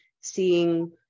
seeing